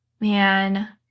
man